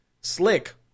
Slick